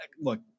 look